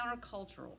countercultural